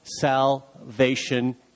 salvation